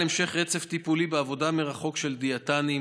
המשך רצף טיפולי ועבודה מרחוק של דיאטנים,